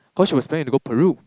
cause she was planning to go Peru